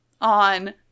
on